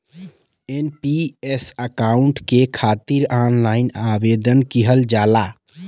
NPS account के खातिर online आवेदन किहल जाला